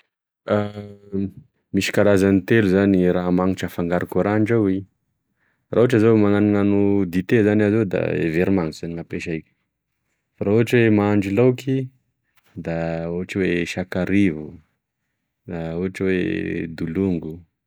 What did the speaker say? Misy karazany telo zany raha manitra afangaroko raha andrahoy raha ohatry zao magnanognano dite zany aho zany zao da e vero manitry e ampesaiko fa raha ohatry oe mahandro laoky da ohatry oe sakarivo na ohatry oe dolongo.